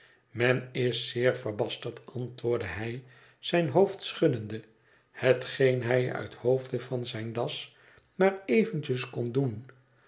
men is zeer verbasterd antwoordde hij zijn hoofd schuddende hetgeen hij uit hoofde van zijne das maar eventjes kon doen